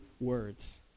words